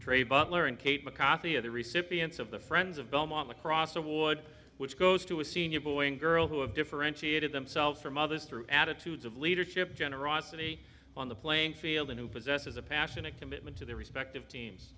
of the recipients of the friends of belmont lacrosse award which goes to a senior boy and girl who have differentiated themselves from others through attitudes of leadership generosity on the playing field and who possesses a passion and commitment to their respective teams